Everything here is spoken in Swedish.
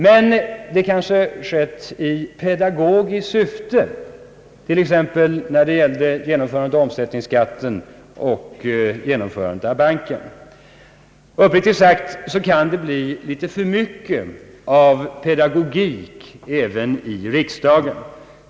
Men det kanske skedde i pedagogiskt syfte, t.ex. när det gällde genomförandet av omsättningsskatten och inrättandet av investeringsbanken? Uppriktigt sagt kan det bli något för mycket av pedagogik även i riksdagen.